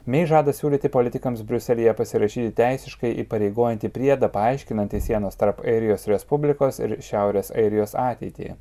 mei žada siūlyti politikams briuselyje pasirašyti teisiškai įpareigojantį priedą paaiškinantį sienos tarp airijos respublikos ir šiaurės airijos ateitį